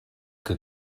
que